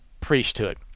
priesthood